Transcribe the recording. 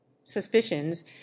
suspicions